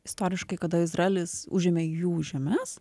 istoriškai kada izraelis užėmė jų žemes